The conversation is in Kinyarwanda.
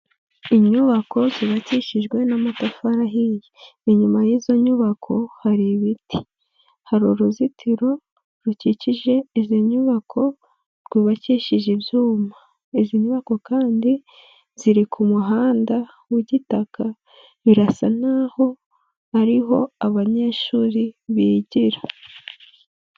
Inyubako zibakishijwe n'amatafari ahiye, inyuma y'izo nyubako hari ibiti, hari uruzitiro rukikije izi nyubako rwubakishije ibyuma, izi nyubako kandi ziri ku muhanda w'igitaka birasa naho ariho abanyeshuri bigira.